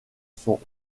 sont